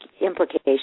implications